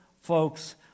folks